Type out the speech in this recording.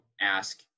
ask